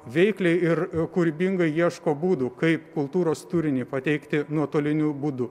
veikliai ir kūrybingai ieško būdų kaip kultūros turinį pateikti nuotoliniu būdu